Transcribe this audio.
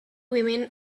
women